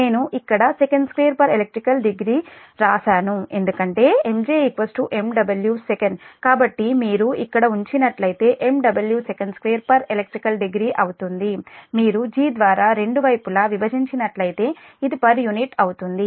నేను ఇక్కడ sec2 elect degree వ్రాసాను ఎందుకంటే MJ MW Sec కాబట్టి మీరు ఇక్కడ ఉంచినట్లయితే MW sec2 elect degree అవుతుంది మీరు G ద్వారా రెండు వైపులా విభజించినట్లయితే అది పర్ యూనిట్ అవుతుంది